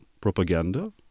propaganda